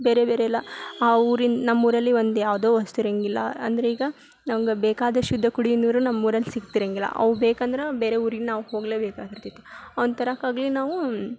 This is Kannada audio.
ಬೇರೆ ಬೇರೆ ಎಲ್ಲ ಆ ಊರಿನ ನಮ್ಮೂರಲ್ಲಿ ಒಂದು ಯಾವುದೋ ವಸ್ತು ಇರಂಗಿಲ್ಲ ಅಂದರೆ ಈಗ ನಮ್ಗೆ ಬೇಕಾದ ಶುದ್ಧ ಕುಡಿಯುವ ನೀರು ನಮ್ಮೂರಲ್ಲಿ ಸಿಗ್ತಿರಂಗಿಲ್ಲ ಅವು ಬೇಕಂದ್ರೆ ಬೇರೆ ಊರಿಗೆ ನಾವು ಹೋಗ್ಲೆಬೇಕು ಆಗಿರ್ತೈತಿ ಅವನ ತರಕ್ಕಾಗಲಿ ನಾವು